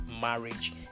Marriage